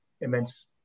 immense